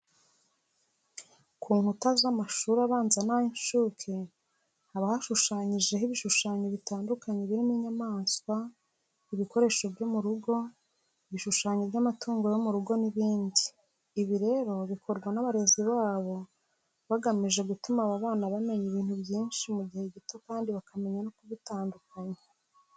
Ku nkuta z'amashuri abanza n'ay'incuke haba hashushanyijeho ibishushanyo bitandukanye birimo inyamaswa, ibikoresho byo mu rugo, ibishushanyo by'amatungo yo mu rugo n'ibindi. Ibi rero bikorwa n'abarezi babo bagamije gutuma aba bana bamenya ibintu byinshi mu gihe gito kandi bakamenya no kubitandukanya.